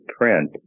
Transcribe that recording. print